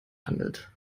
handelt